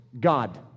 God